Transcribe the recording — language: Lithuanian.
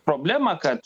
problemą kad